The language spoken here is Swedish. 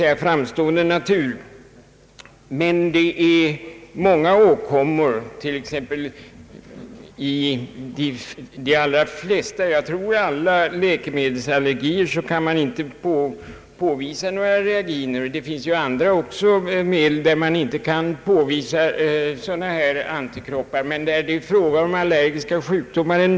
Det finns emellertid många allergiska åkommor — bl.a. troligen alla läkemedelsallergier — där man inte kan påvisa några reaginer. Man kan helt enkelt många gånger inte påvisa några antikroppar, men det kan ändå vara fråga om en allergisk sjukdom.